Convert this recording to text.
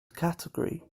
category